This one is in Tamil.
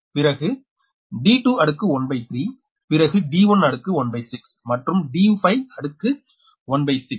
எனவே D அடுக்கு 1 பய் 3 பிறகு d2 அடுக்கு 1 பய் 3 பிறகு d1 அடுக்கு 1 பய் 6 மற்றும் d5 அடுக்கு 1 பய் 6